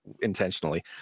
intentionally